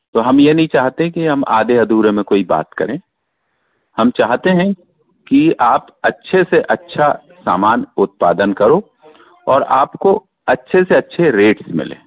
तो हम ये नहीं चाहते कि हम आधे अधूरे में कोई बात करें हम चाहते हैं कि आप अच्छे से अच्छा सामान उत्पादन करो और आपको अच्छे से अच्छे रेट मिलें